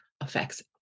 affects